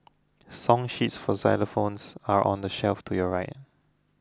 song sheets for xylophones are on the shelf to your right